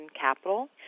capital